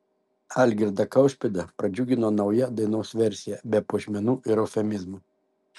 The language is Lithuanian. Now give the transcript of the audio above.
algirdą kaušpėdą pradžiugino nauja dainos versija be puošmenų ir eufemizmų